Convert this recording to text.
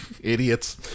idiots